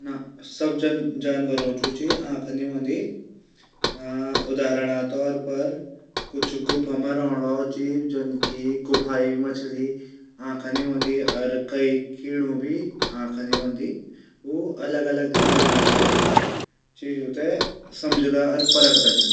सब जानवरों की आंखा नी हूंदी उदाहरण तौर पर कुछ गुफा मा रैंण वला छन गुफाएं मछली आंखा नी हूंदी कई कीडो भी आंखा नी हूदी उ अलग अलग इंद्रियों से चीजों थै समझदा और परखदा छन।